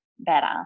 Better